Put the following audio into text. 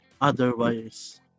otherwise